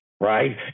right